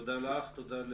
תודה לך, תודה לצחי.